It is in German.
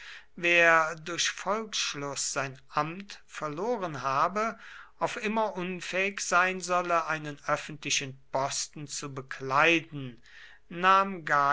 wer durch volksschluß sein amt verloren habe auf immer unfähig sein solle einen öffentlichen posten zu bekleiden nahm gaius